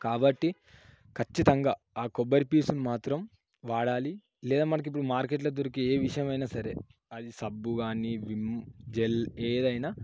కాబట్టి ఖచ్చితంగా ఆ కొబ్బరి పీచుని మాత్రం వాడాలి లేదా మనకు ఇప్పుడు మార్కెట్లో దొరికే ఏ విషయమైనా సరే అది సబ్బు కానీ విమ్ జెల్ ఏదైనా